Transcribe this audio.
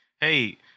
Hey